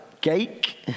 cake